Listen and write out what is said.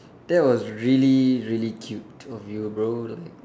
that was really really cute of you bro